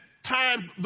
Times